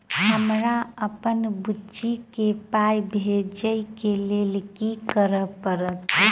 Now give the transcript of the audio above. हमरा अप्पन बुची केँ पाई भेजइ केँ लेल की करऽ पड़त?